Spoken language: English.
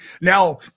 Now